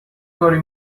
کاری